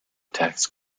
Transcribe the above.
tax